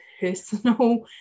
personal